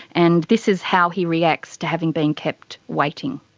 and this is how he reacts to having been kept waiting.